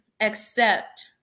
accept